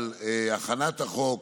על הכנת החוק,